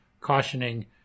cautioning